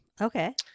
okay